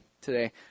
today